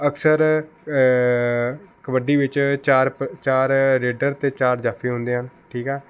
ਅਕਸਰ ਕਬੱਡੀ ਵਿੱਚ ਚਾਰ ਪ ਚਾਰ ਰੇਡਰ ਅਤੇ ਚਾਰ ਜਾਫੀ ਹੁੰਦੇ ਹਨ ਠੀਕ ਆ